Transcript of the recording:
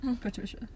Patricia